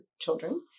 children